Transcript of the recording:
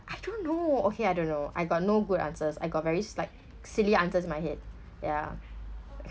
I don't know okay I don't know I got no good answers I got very slight silly answers in my head yeah